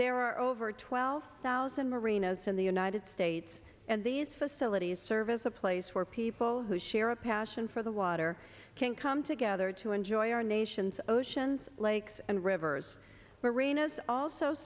there are over twelve thousand merinos in the united states and these facilities serve as a place where people who share a passion for the water can come together to enjoy our nation's oceans lakes and rivers marinas also